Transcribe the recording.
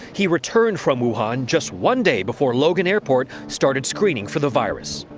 he returned from suhan just one day before logan airport started screening for the virus